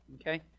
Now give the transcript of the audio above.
okay